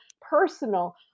personal